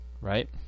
right